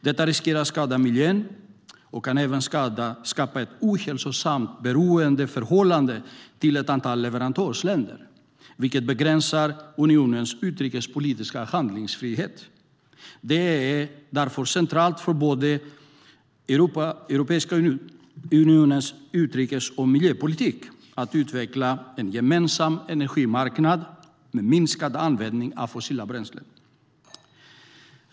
Detta riskerar att skada miljön och kan även skapa ett ohälsosamt beroendeförhållande till ett antal leverantörsländer, vilket begränsar unionens utrikespolitiska handlingsfrihet. Det är därför centralt för Europeiska unionens utrikes och miljöpolitik att utveckla en gemensam energimarknad med minskad användning av fossila bränslen.